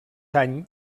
any